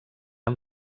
amb